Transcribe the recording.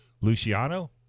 Luciano